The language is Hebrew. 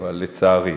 לצערי.